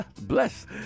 Bless